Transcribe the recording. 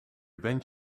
bent